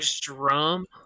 drum